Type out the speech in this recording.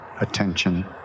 attention